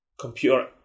Computer